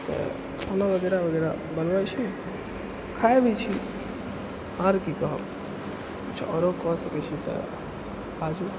तऽ खाना वगैरह वगैरह बनबै छी खाइ भी छी आर की कहब कुछ आओरो कऽ सकै छी तऽ बाजू